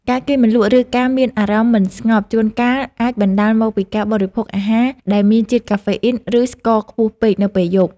ការគេងមិនលក់ ឬការមានអារម្មណ៍មិនស្ងប់ជួនកាលអាចបណ្តាលមកពីការបរិភោគអាហារដែលមានជាតិកាហ្វេអ៊ីនឬស្ករខ្ពស់ពេកនៅពេលយប់។